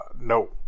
no